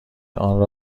آنرا